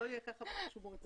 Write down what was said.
סעיף 32כג(א) ו-(ב)